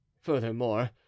Furthermore